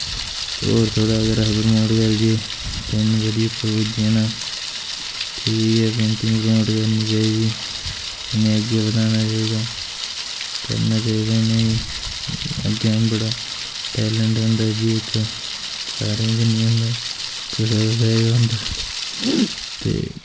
ते होर थोह्ड़ा अगर अस प्रमोट करगे ते इन्न बड़ी उप्पर पुज्जी जाना ठीक ऐ पेंटिंग प्रमोट करनी चाहिदी इ'नेंगी अग्गैं बधाना चाहिदा करना चाहिदा इ'नेंगी अग्गैं बड़ा टैलेंट होंदा एह् बी इक सारें च निं होंदा कुसै कुसै च गै होंदा ते